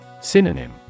Synonym